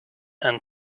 and